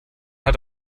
hat